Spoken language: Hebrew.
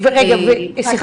-- סליחה